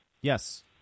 Yes